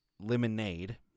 lemonade